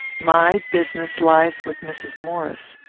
my business lies with mrs. maurice.